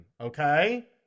Okay